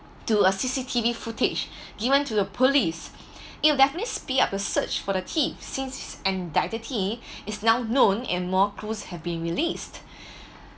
to a C_C_T_V footage given to the police it'll definitely speed up a search for the thief since the identity is now known and more clues have been released